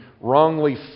wrongly